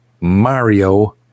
Mario